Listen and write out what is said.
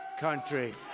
country